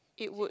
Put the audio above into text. it would